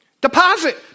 Deposit